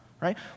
Right